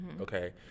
Okay